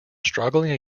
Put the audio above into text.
struggling